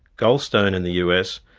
goldstone in the us,